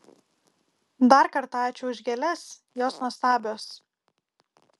dar kartą ačiū už gėles jos nuostabios